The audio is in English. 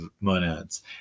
monads